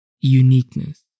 uniqueness